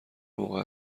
موقع